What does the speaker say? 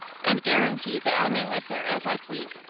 and guarantee that i may live there as i please,